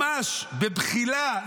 ממש בבחילה,